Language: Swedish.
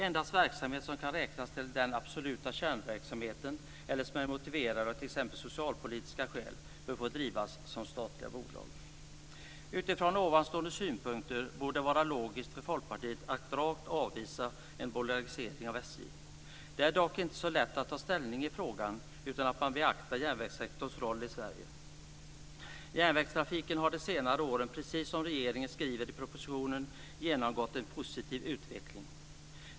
Endast verksamheter som kan räknas till den absoluta kärnverksamheten eller som är motiverade av t.ex. socialpolitiska skäl bör få drivas som statliga bolag. Från dessa synpunkter borde det vara logiskt för Folkpartiet att rakt avvisa en bolagisering av SJ. Det är dock inte så lätt att ta ställning i frågan utan att man beaktar järnvägssektorns roll i Sverige. Järnvägstrafiken har under senare år, precis som regeringen skriver i propositionen, genomgått en positiv utveckling.